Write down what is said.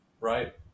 Right